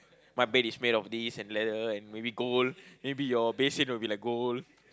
my bed is made of this and leather and maybe gold maybe your basin will be like gold